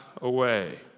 away